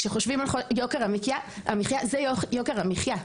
כשחושבים על יוקר המחייה זה יוקר המחייה.